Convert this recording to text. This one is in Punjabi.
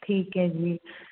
ਠੀਕ ਹੈ ਜੀ